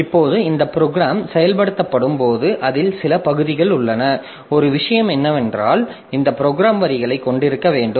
இப்போது இந்த ப்ரோக்ராம் செயல்படுத்தப்படும் போது அதில் சில பகுதிகள் உள்ளன ஒரு விஷயம் என்னவென்றால் இந்த ப்ரோக்ராம் வரிகளை கொண்டிருக்க வேண்டும்